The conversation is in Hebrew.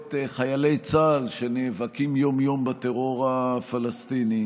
את חיילי צה"ל שנאבקים יום-יום בטרור הפלסטיני.